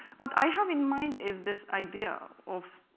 what i have in mind is this idea of,